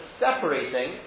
separating